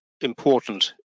important